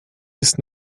ist